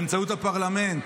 באמצעות הפרלמנט.